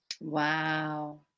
Wow